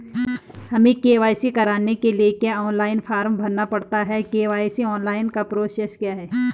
हमें के.वाई.सी कराने के लिए क्या ऑनलाइन फॉर्म भरना पड़ता है के.वाई.सी ऑनलाइन का प्रोसेस क्या है?